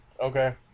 Okay